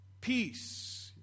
Peace